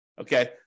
Okay